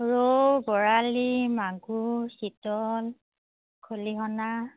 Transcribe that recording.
ৰৌ বৰালি মাগুৰ চিতল খলিহনা